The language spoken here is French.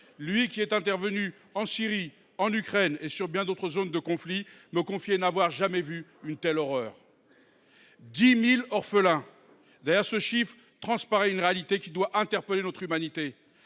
Lui qui est intervenu en Syrie, en Ukraine et dans bien d’autres zones de conflit me confiait n’avoir jamais vu une telle horreur. Quelque 10 000 orphelins : derrière ce chiffre transparaît une réalité qui doit interpeller notre humanité.